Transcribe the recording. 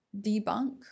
debunk